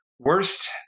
Worst